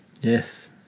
Yes